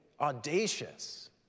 audacious